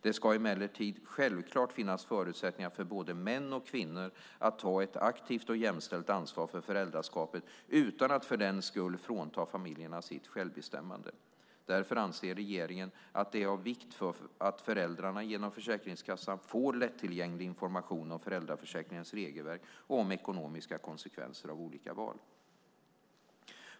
Det ska emellertid självklart finnas förutsättningar för både män och kvinnor att ta ett aktivt och jämställt ansvar för föräldraskapet, utan att för den skull frånta familjerna sitt självbestämmande. Därför anser regeringen att det är av vikt att föräldrarna, genom Försäkringskassan, får lättillgänglig information om föräldraförsäkringens regelverk och om ekonomiska konsekvenser av olika val.